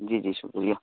جی جی شکریہ